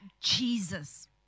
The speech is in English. Jesus